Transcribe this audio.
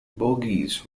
bogies